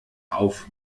auf